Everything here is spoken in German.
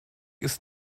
ist